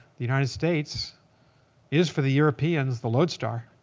the united states is for the europeans the lodestar.